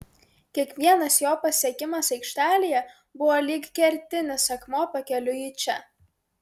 kiekvienas jo pasiekimas aikštelėje buvo lyg kertinis akmuo pakeliui į čia